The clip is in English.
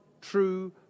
true